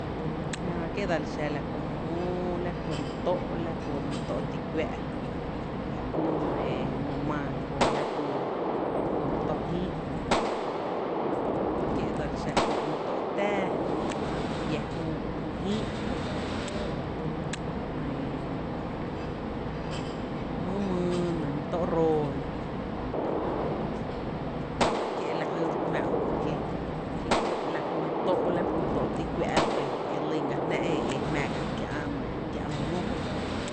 Jää kie’ dsel xa la kú my móó, la kú my tó’, la kú my tó’ ti kuⱥ’ la kú nɇɇ, mangola kú jy mý tó’ jïï’ jy, kie’ dsel xa Kö’ my tó’ tⱥⱥ, my iá júú, my jïï’ e nɇɇ my mýý, mý tó’ roo nɇ, kie’ lajy ro’ jmⱥ kíe’ la kú my tó’ ti kuⱥ’ ro’ e lyn ga jná e e jmá ga kiä’ my móó.